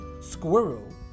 Squirrel